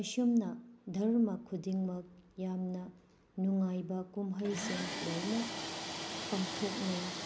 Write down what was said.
ꯑꯁꯨꯝꯅ ꯙꯔꯃꯥ ꯈꯨꯗꯤꯡꯃꯛ ꯌꯥꯝꯅ ꯅꯨꯉꯥꯏꯕ ꯀꯨꯝꯍꯩꯁꯤꯡ ꯂꯣꯏꯅ ꯄꯥꯡꯊꯣꯛꯅꯩ